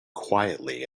quietly